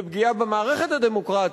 פגיעה במערכת הדמוקרטית,